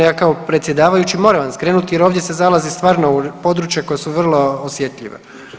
Ja kao predsjedavajući moram vam skrenuti jer ovdje se zalazi stvarno u područja koja su vrlo osjetljiva.